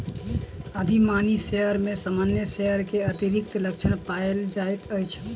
अधिमानी शेयर में सामान्य शेयर के अतिरिक्त लक्षण पायल जाइत अछि